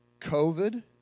COVID